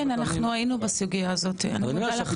כן אנחנו היינו בסוגייה הזאת, אני מודה לך.